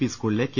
P സ്കൂളിലെ K